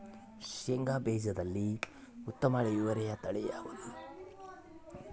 ಶೇಂಗಾ ಬೇಜದಲ್ಲಿ ಉತ್ತಮ ಇಳುವರಿಯ ತಳಿ ಯಾವುದುರಿ?